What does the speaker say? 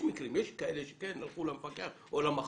יש מקרים, יש כאלה שכן הלכו למפקח או למחוז.